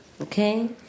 Okay